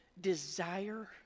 desire